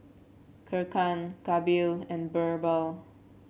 Kiran Kapil and BirbaL